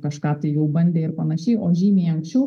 kažką tai jau bandė ir panašiai o žymiai anksčiau